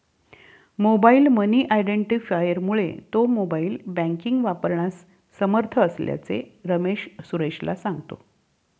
mobile money आयडेंटिफायरमुळे तो mobile banking वापरण्यास समर्थ असल्याचे रमेश सुरेशला सांगतो